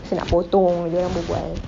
saya nak potong dia orang berbual